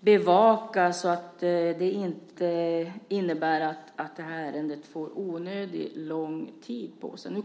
bevaka att ärendet inte får onödigt lång tid på sig.